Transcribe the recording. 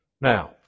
Now